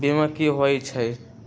बीमा कि होई छई?